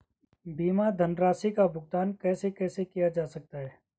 बीमा धनराशि का भुगतान कैसे कैसे किया जा सकता है?